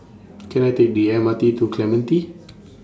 Can I Take The M R T to Clementi